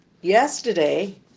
Yesterday